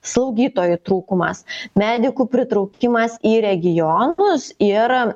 slaugytojų trūkumas medikų pritraukimas į regionus ir